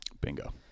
Bingo